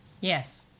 Yes